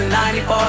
94